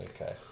Okay